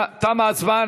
תמה ההצבעה.